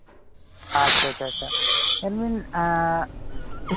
ᱟᱪᱪᱷᱟ ᱟᱪᱪᱷᱟ ᱪᱷᱟ ᱧᱮᱞᱵᱤᱱ